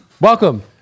Welcome